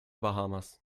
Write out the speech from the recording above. bahamas